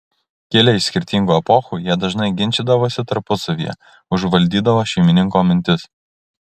kilę iš skirtingų epochų jie dažnai ginčydavosi tarpusavyje užvaldydavo šeimininko mintis